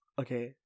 Okay